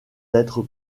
d’être